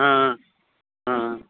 हा हा